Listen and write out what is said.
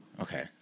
Okay